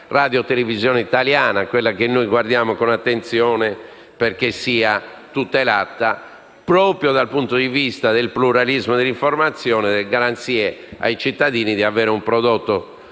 - Radiotelevisione italiana, quella che guardiamo con attenzione, perché sia tutelata proprio dal punto di vista del pluralismo dell'informazione e delle garanzie ai cittadini di avere un prodotto